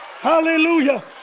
Hallelujah